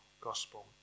gospel